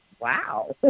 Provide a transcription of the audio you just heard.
wow